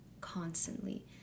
constantly